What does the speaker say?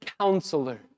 counselor